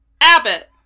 Abbott